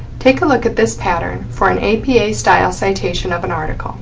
take a look at this pattern for an apa style citation of an article